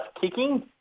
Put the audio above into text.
kicking